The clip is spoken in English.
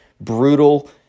brutal